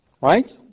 Right